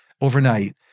overnight